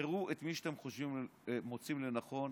תבחרו את מי שאתם מוצאים לנכון,